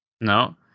No